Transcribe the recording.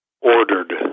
ordered